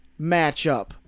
matchup